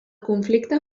conflicte